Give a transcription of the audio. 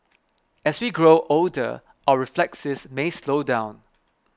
as we grow older our reflexes may slow down